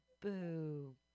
Boo